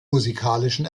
musikalischen